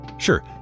Sure